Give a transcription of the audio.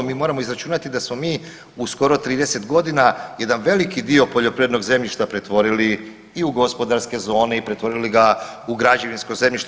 Mi moramo izračunati da smo mi u skoro 30 godina jedan veliki dio poljoprivrednog zemljišta pretvorili i u gospodarske zone, i pretvorili ga u građevinsko zemljište.